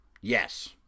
yes